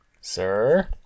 Sir